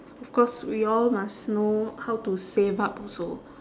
of course we all must know how to save up also